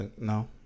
no